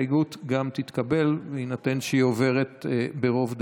ההסתייגות תתקבל, בהינתן שהיא עוברת ברוב דעות.